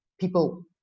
people